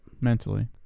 mentally